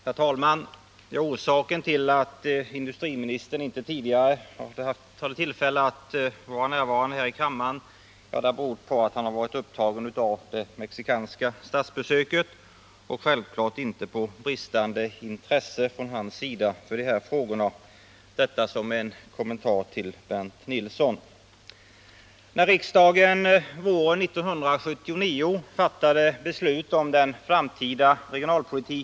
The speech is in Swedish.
Herr talman! Orsaken till att industriministern inte tidigare har haft tillfälle att vara närvarande här i kammaren är att han varit upptagen av det mexikanska statsbesöket och självklart inte bristande intresse från hans sida för de här frågorna. Detta sagt som en kommentar till Bernt Nilssons uttalande.